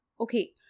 okay –